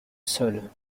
sol